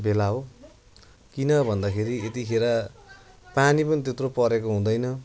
बेला हो किनभन्दाखेरि यतिखेर पानी पनि त्यत्रो परेको हुँदैन